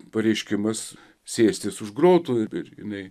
pareiškimus sėstis už grotų ir jinai